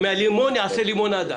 מהלימון אני אעשה לימונדה.